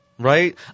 Right